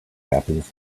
happens